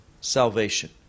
salvation